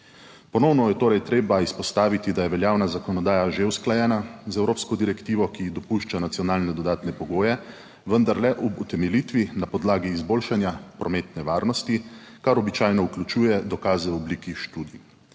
Ponovno je torej treba izpostaviti, da je veljavna zakonodaja že usklajena z evropsko direktivo, ki dopušča nacionalne dodatne pogoje, vendar le ob utemeljitvi na podlagi izboljšanja prometne varnosti, kar običajno vključuje dokaze v obliki študij.